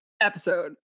episode